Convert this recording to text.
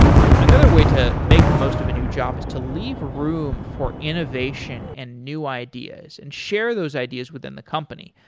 so another way to make the most of a new job is to leave room for innovation and new ideas, and share those ideas within the company,